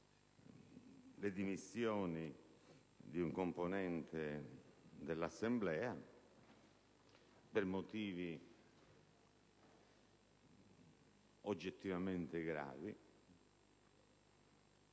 Le dimissioni di un componente dell'Assemblea per motivi oggettivamente gravi